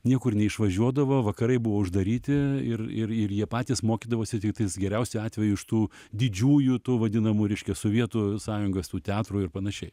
niekur neišvažiuodavo vakarai buvo uždaryti ir ir ir jie patys mokydavosi tiktais geriausiu atveju iš tų didžiųjų tų vadinamų reiškia sovietų sąjungos tų teatrų ir panašiai